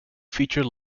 feature